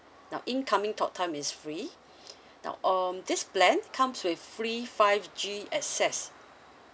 now incoming talk time is free now um this plan comes with free five G access